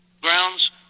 grounds